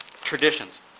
traditions